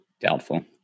Doubtful